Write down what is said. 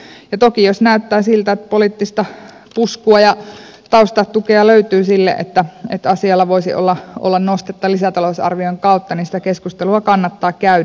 ja toki jos näyttää siltä että poliittista puskua ja taustatukea löytyy sille että asialla voisi olla nostetta lisätalousarvion kautta niin sitä keskustelua kannattaa käydä